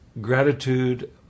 gratitude